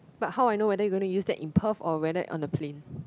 but how I know whether you gonna use that in Perth or whether on the plane